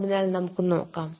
അതിനാൽ നമുക്ക് നോക്കാം